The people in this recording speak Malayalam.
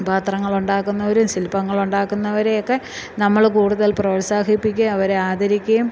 മൺപാത്രങ്ങൾ ഉണ്ടാക്കുന്നവരും ശില്പങ്ങൾ ഉണ്ടാക്കുന്നവരെയൊക്കെ നമ്മള് കൂടുതൽ പ്രോത്സാഹിപ്പിക്കുക അവരെ ആദരിക്കുകയും